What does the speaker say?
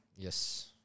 Yes